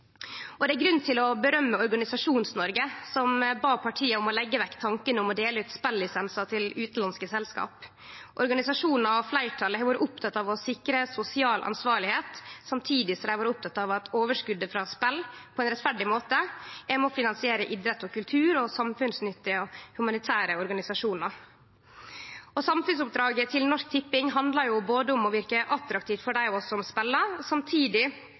Det er grunn til å rose Organisasjons-Noreg, som bad partia om å leggje vekk tanken om å dele ut spellisensar til utanlandske selskap. Organisasjonar og fleirtalet har vore opptekne av å sikre sosial ansvarlegheit samtidig som dei har vore opptekne av at overskotet frå spel på ein rettferdig måte er med på å finansiere idrett og kultur og samfunnsnyttige og humanitære organisasjonar. Samfunnsoppdraget til Norsk Tipping handlar om å verke attraktivt for dei av oss som spelar, samtidig